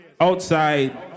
Outside